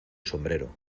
sombrero